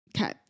okay